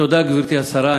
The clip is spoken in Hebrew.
תודה, גברתי השרה.